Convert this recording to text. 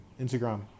Instagram